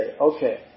okay